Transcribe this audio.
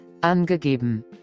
angegeben